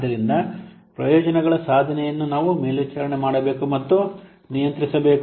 ಆದ್ದರಿಂದ ಪ್ರಯೋಜನಗಳ ಸಾಧನೆಯನ್ನು ನಾವು ಮೇಲ್ವಿಚಾರಣೆ ಮಾಡಬೇಕು ಮತ್ತು ನಿಯಂತ್ರಿಸಬೇಕು